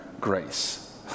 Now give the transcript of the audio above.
grace